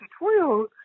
tutorials